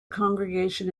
congregation